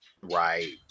Right